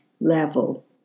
level